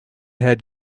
had